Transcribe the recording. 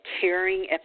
caring